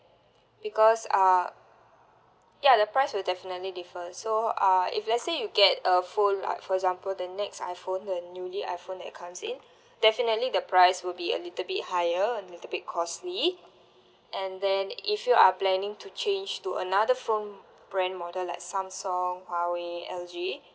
because uh ya the price will definitely differ so uh if let's say you get a phone like for example the next iPhone the newly iPhone that comes in definitely the price will be a little bit higher and little bit costly and then if you are planning to change to another phone brand model like Samsung Huawei L_G